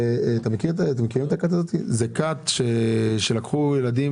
כת שחטפה ילדים,